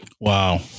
Wow